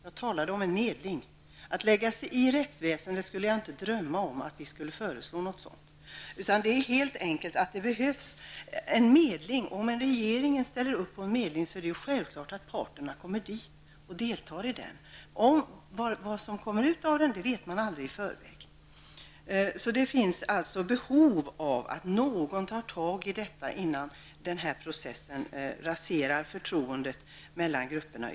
Jag talade om en medling. Jag skulle inte drömma om att vi skulle föreslå att lägga oss i rättsväseendet. Däremot behövs en medling. Om regeringen ställer upp på medling är det självklart att parterna deltar i den. Vad som sedan kommer ut av den, kan man aldrig veta i förväg. Det finns behov av att någon tar tag i detta innan denna process ytterligare raserar förtroendet mellan grupperna.